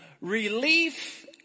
relief